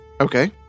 Okay